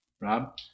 Rob